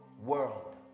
world